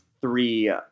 Three